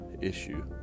issue